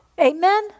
Amen